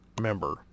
member